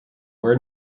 were